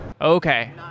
Okay